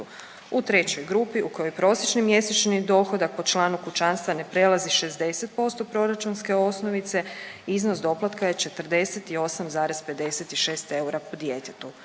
U trećoj grupi u kojoj prosječni mjesečni dohodak po članu kućanstva ne prelazi 60% proračunske osnovice iznos doplatka je 48,56 eura po djetetu.